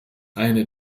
eine